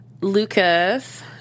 Lucas